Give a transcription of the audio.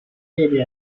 列表